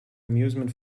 amusement